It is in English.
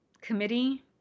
committee